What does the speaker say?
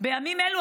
בימים אלו,